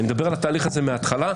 אני מדבר על התהליך הזה מהתחלה.